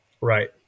Right